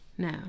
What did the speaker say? No